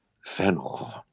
fennel